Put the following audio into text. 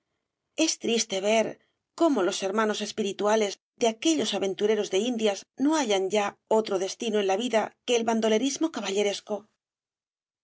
es triste ver cómo los hermanos espirituales de aquellos aventureros de indias no hallan ya otro destino en la vida que el bandolerismo caballeresco